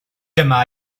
dyma